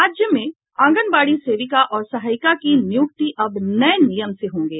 राज्य में आंगनबाड़ी सेविका और सहायिका की नियुक्ति अब नये नियम से होगों